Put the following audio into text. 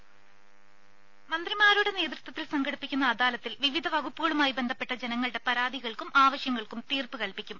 voice ദേദ മന്ത്രിമാരുടെ നേതൃത്വത്തിൽ സംഘടിപ്പിക്കുന്ന അദാലത്തിൽ വിവിധ വകുപ്പുകളുമായി ബന്ധപ്പെട്ട ജനങ്ങളുടെ പരാതികൾക്കും ആവശ്യങ്ങൾക്കും തീർപ്പ് കൽപ്പിക്കും